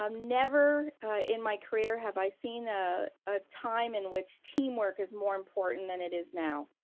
um never in my career have i seen ah a time in which teamwork is more important than it is now.